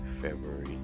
February